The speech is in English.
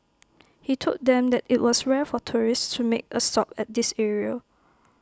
he told them that IT was rare for tourists to make A stop at this area